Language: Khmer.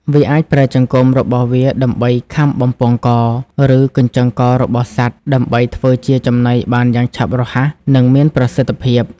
វាអាចប្រើចង្កូមរបស់វាដើម្បីខាំបំពង់ក ឬកញ្ចឹងករបស់សត្វ ដើម្បីធ្វើជាចំណីបានយ៉ាងឆាប់រហ័ស និងមានប្រសិទ្ធភាព។